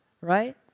right